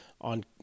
on